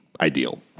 ideal